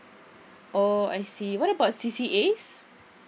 oh I see what about C_C_As